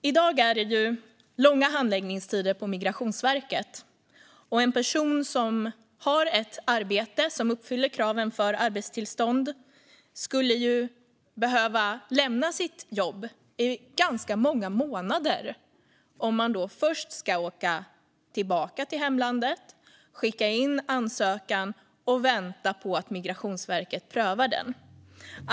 I dag är det långa handläggningstider på Migrationsverket, och personer som har ett arbete som uppfyller kraven för arbetstillstånd skulle behöva lämna sitt jobb i ganska många månader om de först ska åka tillbaka till hemlandet, skicka in sin ansökan och sedan vänta på att Migrationsverket ska pröva den.